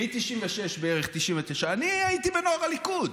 מ-1996, בערך, 1999, אני הייתי בנוער הליכוד.